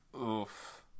Oof